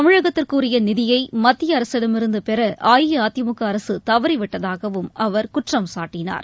தமிழகத்திற்கு உரிய நிதியை மத்திய அரசிடம் இருந்து பெற அஇஅதிமுக அரசு தவறிவிட்டதாகவும் அவர் குற்றம் சாட்டினார்